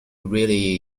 really